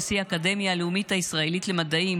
נשיא האקדמיה הלאומית הישראלית למדעים